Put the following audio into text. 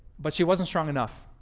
but she wasn't strong enough